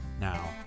Now